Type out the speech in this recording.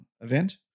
Event